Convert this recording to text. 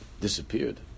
disappeared